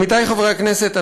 עמיתי חברי הכנסת,